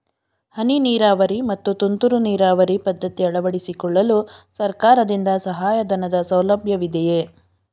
ಹನಿ ನೀರಾವರಿ ಮತ್ತು ತುಂತುರು ನೀರಾವರಿ ಪದ್ಧತಿ ಅಳವಡಿಸಿಕೊಳ್ಳಲು ಸರ್ಕಾರದಿಂದ ಸಹಾಯಧನದ ಸೌಲಭ್ಯವಿದೆಯೇ?